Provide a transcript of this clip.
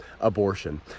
abortion